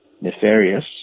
nefarious